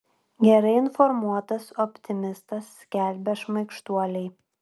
gerai informuotas optimistas skelbia šmaikštuoliai